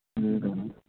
లేదా